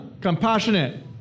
compassionate